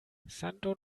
santo